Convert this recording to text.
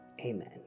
amen